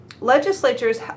legislatures